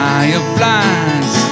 Fireflies